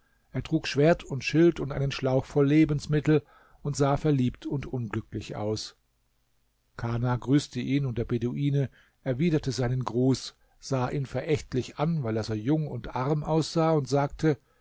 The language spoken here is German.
er trug schwert und schild und einen schlauch voll lebensmittel und sah verliebt und unglücklich aus kana grüßte ihn und der beduine erwiderte seinen gruß sah ihn verächtlich an weil er so jung und arm aussah und sagte